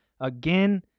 Again